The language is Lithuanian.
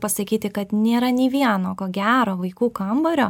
pasakyti kad nėra nei vieno ko gero vaikų kambario